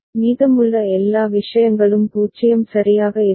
மீதமுள்ள எல்லா விஷயங்களும் 0 சரியாக இருக்கும்